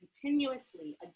continuously